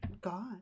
God